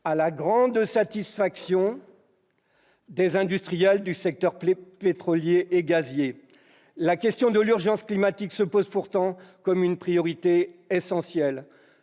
à la grande satisfaction des industriels du secteur pétrolier et gazier. La question de l'urgence climatique se pose pourtant comme une priorité essentielle